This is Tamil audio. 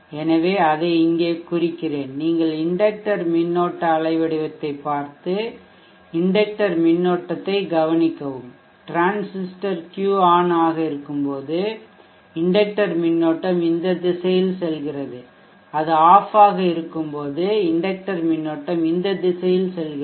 எனவே அதை அங்கே குறிக்கிறேன் நீங்கள் இண்டக்டர் மின்னோட்ட அலைவடிவத்தைப் பார்த்து இண்டக்டர் மின்னோட்டத்தைக் கவனிக்கவும் டிரான்சிஸ்டர் Q ஆன் ஆக இருக்கும்போது இண்டக்டர் மின்னோட்டம் இந்த திசையில் செல்கிறது அது ஆஃப் ஆக இருக்கும்போது இண்டக்டர் மின்னோட்டம் இந்த திசையில் செல்கிறது